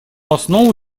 основу